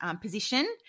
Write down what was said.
position